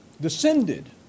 descended